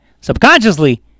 subconsciously